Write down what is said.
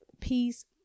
peace